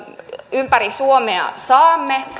ympäri suomea saamme